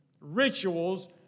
rituals